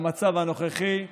במצב הנוכחי,